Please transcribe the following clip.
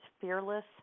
Fearless